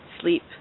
sleep